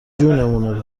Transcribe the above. جونمون